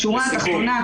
בשורה האחרונה,